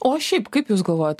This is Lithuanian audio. o šiaip kaip jūs galvojat